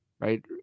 right